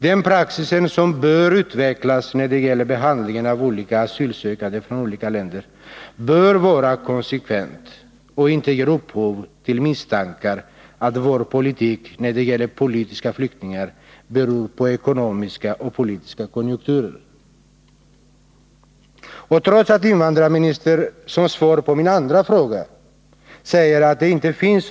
Den praxis som bör utvecklas när det gäller behandlingen av asylsökande från olika länder bör vara konsekvent och inte ge upphov till misstankar att vår politik när det gäller politiska flyktingar beror på ekonomiska och politiska konjunkturer. Trots att invandrarministern som svar på min andra fråga säger att det inte Nr 16 finns.